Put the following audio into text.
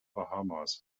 bahamas